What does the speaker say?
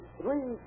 three